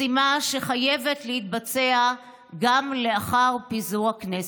משימה שחייבת להתבצע גם לאחר פיזור הכנסת.